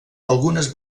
algunes